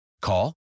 Call